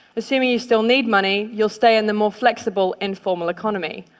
assuming you still need money, you'll stay in the more flexible, informal economy.